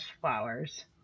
flowers